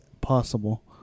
Possible